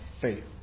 faith